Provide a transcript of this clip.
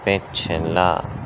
پچھلا